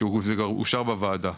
זה אושר בוועדה,